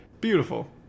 Beautiful